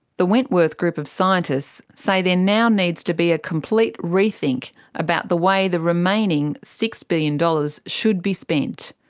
the wentworth group of scientists say there now needs to be a compete rethink about the way the remaining six billion dollars should be spent.